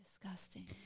disgusting